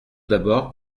d’abord